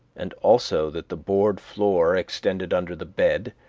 and also that the board floor extended under the bed,